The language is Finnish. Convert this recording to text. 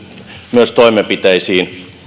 myös toimenpiteisiin